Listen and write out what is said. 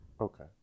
Okay